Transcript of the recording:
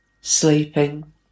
sleeping